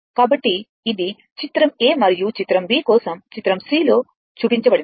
కాబట్టి ఇది చిత్రం a మరియు చిత్రం b కోసం చిత్రం c లో చూపించబడినది